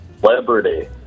Celebrity